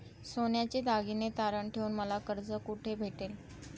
सोन्याचे दागिने तारण ठेवून मला कर्ज कुठे भेटेल?